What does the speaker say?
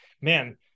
man